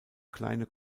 kleine